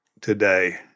today